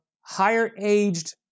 higher-aged